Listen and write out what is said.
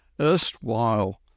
erstwhile